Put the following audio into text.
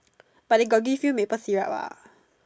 but they got give you maple syrup ah